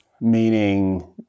Meaning